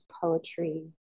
poetry